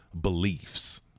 beliefs